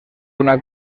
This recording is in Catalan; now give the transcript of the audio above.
una